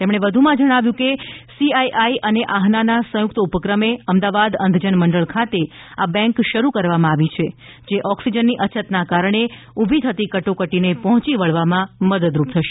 તેમણે વધુમાં જણાવ્યું હતું કે સી આઇ આઇ અને આહનાના સંયુક્ત ઉપક્રમે અમદાવાદ અંધજન મંડળ ખાતે આ બેંક શરૂ કરવામાં આવી છે જે ઓક્સિજનની અછતના કારણે ઉભી થતી કટોકટીને પહોંચી વળવામાં મદદરૂપ થશે